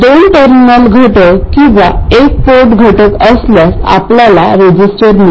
दोन टर्मिनल घटक किंवा एक पोर्ट घटक असल्यास आपल्याला रिझिस्टर मिळाला